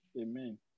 Amen